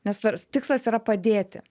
nes ars tikslas yra padėti